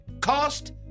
cost